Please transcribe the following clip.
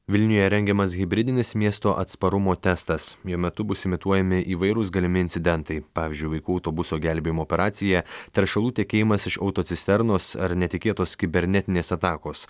vilniuje rengiamas hibridinis miesto atsparumo testas jo metu bus imituojami įvairūs galimi incidentai pavyzdžiui vaikų autobuso gelbėjimo operacija teršalų tekėjimas iš autocisternos ar netikėtos kibernetinės atakos